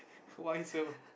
why so